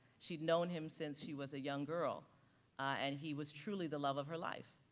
she'd known him since she was a young girl and he was truly the love of her life.